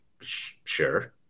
sure